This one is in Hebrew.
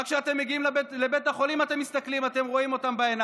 רק כשאתם מגיעים לבית החולים אתם מסתכלים להם בעיניים.